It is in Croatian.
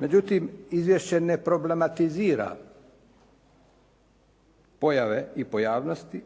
Međutim, izvješće ne problematizira pojave i pojavnosti